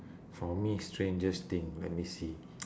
for me strangest thing let me see